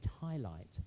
highlight